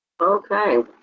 Okay